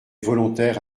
volontaires